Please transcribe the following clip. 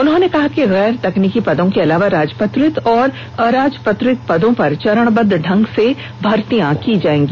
उन्होंने कहा कि गैर तकनीकी पदों के अलावा राजपत्रित और अराजपत्रित पदों पर चरणबद्द ढंग से भर्ती की जाएगी